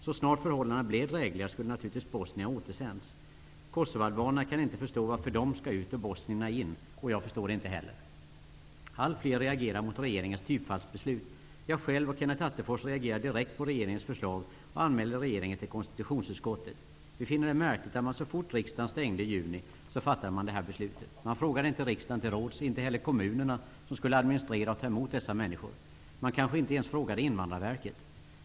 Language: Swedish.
Så snart förhållandena blev drägligare skulle naturligtvis bosnierna ha återsänts. Kosovoalbanerna kan inte förstå varför de ska ut och bosnierna in, och jag förstår det inte heller. Allt fler reagerar mot regeringens typfallsbeslut. Jag själv och Kenneth Attefors reagerade direkt på regeringens förslag och anmälde regeringen till konstitutionsutskottet. Vi finner det märkligt att man så fort riksdagen stängde i juni fattade detta beslut. Man frågade inte riksdagen till råds, och inte heller kommunerna som skulle administrera och ta emot dessa människor. Man kanske inte ens frågade Invandrarverket.